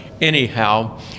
anyhow